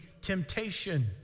temptation